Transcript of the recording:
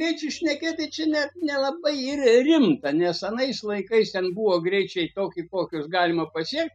tai čia šnekėti čia net nelabai yra rimta nes anais laikais ten buvo greičiai toki kokius galima pasiekt